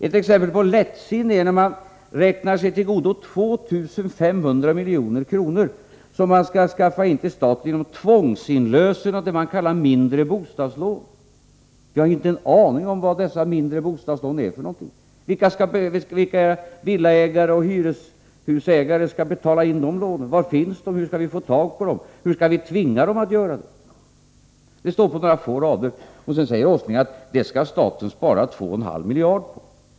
Ett exempel på lättsinne är att man räknar sig till godo 2 500 milj.kr., som man skall skaffa in till staten genom tvångsinlösen av vad man kallar mindre bostadslån. Jag har inte en aning om vad dessa mindre bostadslån är för någonting. Vilka villaägare och hyreshusägare skall betala dessa lån? Var finns låntagarna? Hur skall vi få tag på dem? Hur skall vi kunna tvinga dem till inlösen. Man redogör för detta förslag på några få rader. Sedan säger Nils Åsling att staten genom detta förfarande skulle kunna spara 2,5 miljarder kronor.